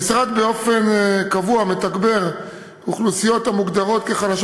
המשרד באופן קבוע מתגבר אוכלוסיות המוגדרות כחלשות